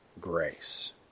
grace